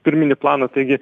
pirminį planą taigi